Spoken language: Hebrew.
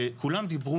כולם דיברו,